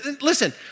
listen